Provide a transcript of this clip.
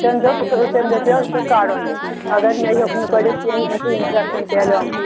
تٔمۍ دوٚپ تٔمۍ دوٚپٮ۪و ژٕ کڈُن یہِ مگر مےٚ ہیوٚک نہٕ کٔڈِتھ کیٚنٛہہ یہِ ما چھِ اِنفٮ۪کشَن پھہلیٛومُت